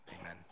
Amen